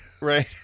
Right